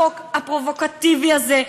החוק הפרובוקטיבי הזה,